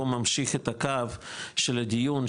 אני פה ממשיך את הקו של הדיון,